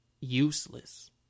Useless